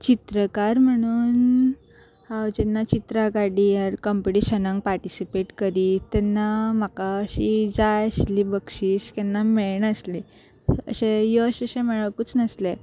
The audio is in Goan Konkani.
चित्रकार म्हणून हांव जेन्ना चित्रां काडी या कम्पिटिशनांक पार्टिसिपेट करी तेन्ना म्हाका अशीं जाय आशिल्लीं बक्षीस केन्ना मेळनासलीं अशें यश अशें मेळोकूच नासलें